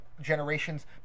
generation's